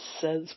says